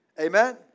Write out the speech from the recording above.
Amen